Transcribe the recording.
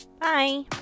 Bye